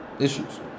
issues